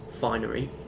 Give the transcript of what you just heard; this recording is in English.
finery